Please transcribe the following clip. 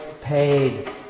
paid